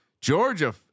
Georgia